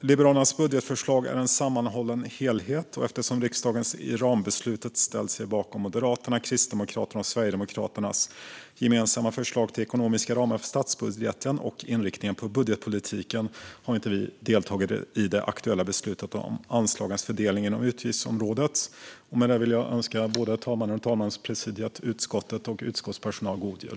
Liberalernas budgetförslag är en sammanhållen helhet, och eftersom riksdagen i rambeslutet har ställt sig bakom Moderaternas, Kristdemokraternas och Sverigedemokraternas gemensamma förslag till ekonomiska ramar för statsbudgeten och inriktning på budgetpolitiken har vi inte deltagit i det aktuella beslutet om anslagens fördelning inom utgiftsområdet. Med det vill jag önska talmannen, talmanspresidiet, utskottet och utskottspersonalen en god jul.